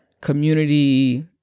community